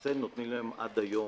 למעשה נותנים להם עד היום,